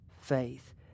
faith